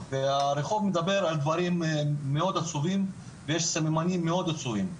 והרחוב מדבר על דברים מאוד עצובים ויש סממנים מאוד עצובים,